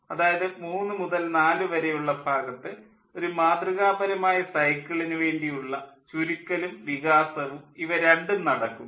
അതായത് 3 മുതൽ 4 വരെയുള്ള ഭാഗത്ത് ഒരു മാതൃകാപരമായ സൈക്കിളിനു വേണ്ടിയുള്ള ഉള്ള ചുരുക്കലും വികാസവും ഇവ രണ്ടും നടക്കുന്നു